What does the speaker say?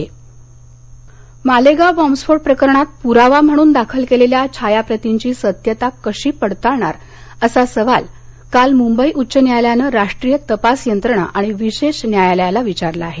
मालेगांव स्फोट खटला मालेगांव बॉम्ब स्फोट प्रकरणात पुरावा म्हणून दाखल केलेल्या छायाप्रतींची सत्यता कशी पडताळणार असा सवाल काल मुंबई उच्च न्यायालयानं राष्ट्रीय तपास यंत्रणा आणि विशेष न्यायालयाला विचारला आहे